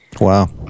Wow